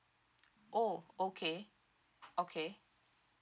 oh okay okay